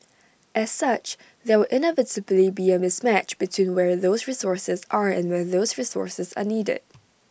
as such there will inevitably be A mismatch between where those resources are and where those resources are needed